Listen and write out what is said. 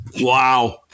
Wow